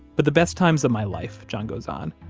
but the best times of my life, john goes on,